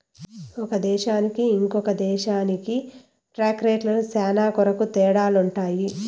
ఒక దేశానికి ఇంకో దేశానికి టాక్స్ రేట్లు శ్యానా కొరకు తేడాలుంటాయి